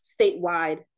statewide